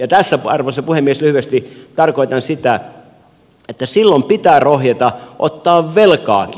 tässä arvoisa puhemies lyhyesti tarkoitan sitä että silloin pitää rohjeta ottaa velkaakin